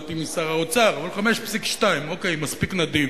שמעתי משר האוצר, אבל 5.2%, אוקיי, מספיק נדיב.